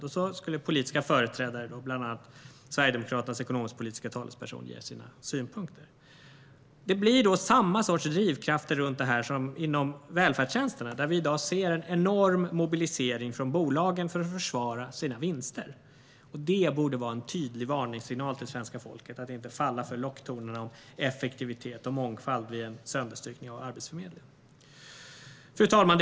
Dessutom skulle politiska företrädare, bland annat Sverigedemokraternas ekonomisk-politiska talesperson, ge sina synpunkter. Det blir samma sorts drivkrafter runt detta som inom välfärdstjänsterna. Vi ser i dag en enorm mobilisering från bolagen för att försvara sina vinster. Det borde vara en tydlig varningssignal till svenska folket att inte falla för locktonerna om effektivitet och mångfald vid en sönderstyckning av Arbetsförmedlingen. Fru talman!